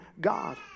God